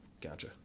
Gotcha